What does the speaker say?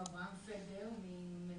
אברהם פדר איתנו?